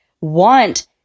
want